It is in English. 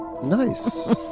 Nice